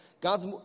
God's